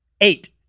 eight